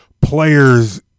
players